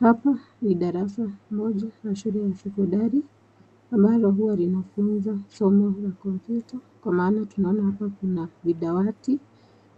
Hapa ni darasa moja ya shule ya sekondari ambalo huwa linafunza somo la kompyuta komaana tunaona hapa ni dawati